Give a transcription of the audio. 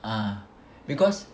ah because